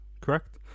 Correct